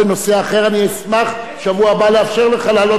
אני אשמח בשבוע הבא לאפשר לך להעלות את זה כשאלה.